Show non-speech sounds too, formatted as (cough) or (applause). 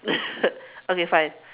(laughs) okay fine